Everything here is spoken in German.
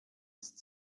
ist